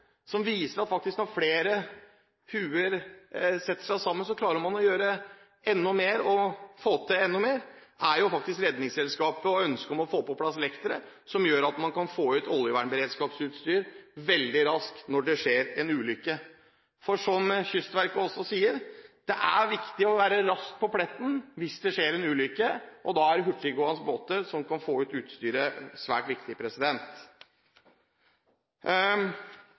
som viser at når flere hoder setter seg sammen, klarer man å gjøre enda mer og få til enda mer, er faktisk Redningsselskapet og ønsket om å få på plass lektere som gjør at man kan få ut oljevernberedskapsutstyr veldig raskt når det skjer en ulykke. For som Kystverket også sier: Det er viktig å være raskt på pletten hvis det skjer en ulykke, og da er hurtiggående båter som kan få ut utstyret, svært viktig.